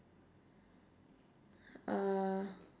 err